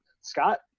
Scott